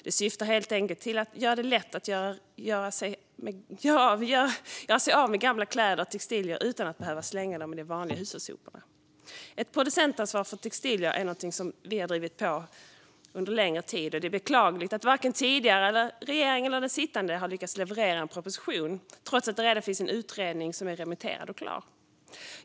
Det syftar helt enkelt till att göra det lätt att göra sig av med gamla kläder och textilier utan att behöva slänga dem i de vanliga hushållssoporna. Ett producentansvar för textilier är något som vi har drivit på för under en längre tid. Det är beklagligt att varken den tidigare eller den sittande regeringen har lyckats leverera en proposition trots att det finns en utredning som är remitterad och klar.